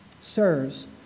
Sirs